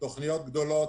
התוכניות גדולות.